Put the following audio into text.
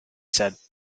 said